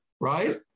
right